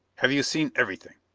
have you seen everything?